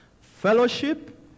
Fellowship